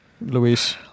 Luis